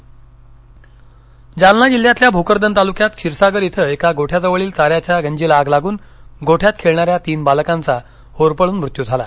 आग जालना जालना जिल्ह्यातल्या भोकरदन तालुक्यात क्षीरसागर इथं एका गोठ्याजवळील चाऱ्याच्या गंजीला आग लागून गोठ्यात खेळणाऱ्या तीन बालकांचा होरपळून मृत्यू झाला